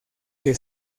que